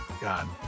God